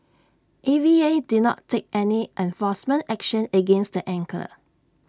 A V A did not take any enforcement action against the angler